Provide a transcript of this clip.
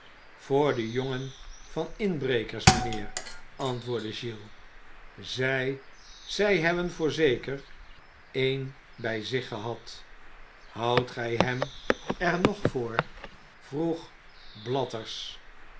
voor den jongen van de inbrekers mijnheer antwoordde giles zij zij hebben voorzeker een bij zich gehad houdt gij hem er nog voor vroeg blathers